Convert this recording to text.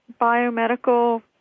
biomedical